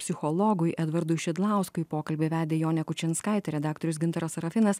psichologui edvardui šidlauskui pokalbį vedė jonė kučinskaitė redaktorius gintaras sarafinas